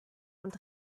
und